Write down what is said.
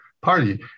Party